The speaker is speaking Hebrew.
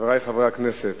חברי חברי הכנסת,